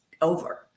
over